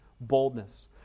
Boldness